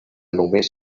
només